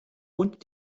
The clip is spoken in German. und